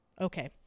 Okay